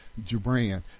Jibran